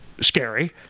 scary